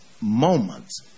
moments